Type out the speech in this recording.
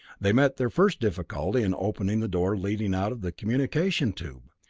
they met their first difficulty in opening the door leading out of the communication tube.